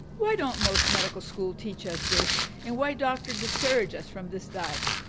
why don't most medical school teach us this and why doctor discourage us from this diet?